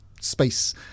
space